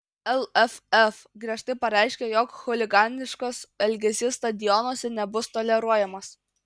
lff griežtai pareiškia jog chuliganiškas elgesys stadionuose nebus toleruojamas